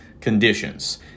conditions